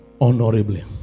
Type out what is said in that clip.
honorably